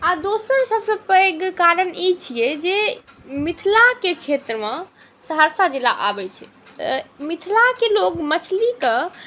आओर दोसर सबसँ पैघ कारण ई छिए जे मिथिलाके क्षेत्रमे सहरसा जिला आबै छै तऽ मिथिलाके लोक मछलीके